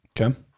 Okay